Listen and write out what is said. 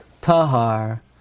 Tahar